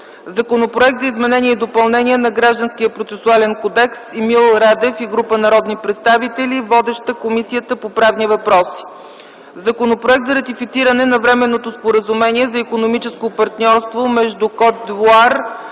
Законопроект за изменение и допълнение на Гражданския процесуален кодекс. Вносители са Емил Радев и група народни представители. Водеща е Комисията по правни въпроси. - Законопроект за ратифициране на Временното споразумение за икономическо партньорство между Кот